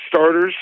starters